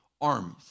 armies